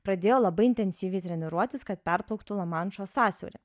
pradėjo labai intensyviai treniruotis kad perplauktų lamanšo sąsiaurį